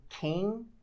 king